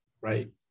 right